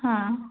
ಹಾಂ